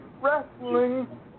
Wrestling